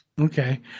okay